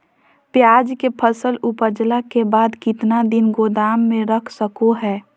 प्याज के फसल उपजला के बाद कितना दिन गोदाम में रख सको हय?